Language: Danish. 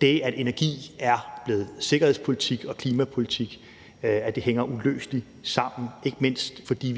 det, at energi er blevet sikkerhedspolitik og klimapolitik, hænger uløseligt sammen, ikke mindst fordi